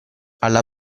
alla